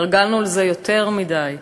התרגלנו לזה יותר מדי.